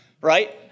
right